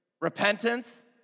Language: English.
Repentance